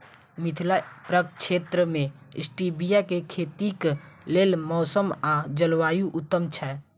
मिथिला प्रक्षेत्र मे स्टीबिया केँ खेतीक लेल मौसम आ जलवायु उत्तम छै?